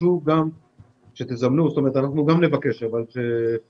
חשוב גם שתזמנו אנחנו גם נבקש אבל שתהיה